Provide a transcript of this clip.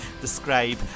describe